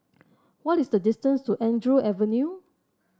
what is the distance to Andrew Avenue